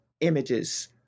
images